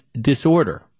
disorder